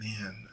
man